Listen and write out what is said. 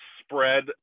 spread